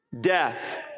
death